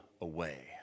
away